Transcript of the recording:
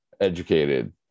educated